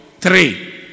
three